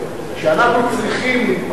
על-פי החוק,